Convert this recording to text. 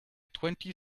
twenty